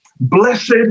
Blessed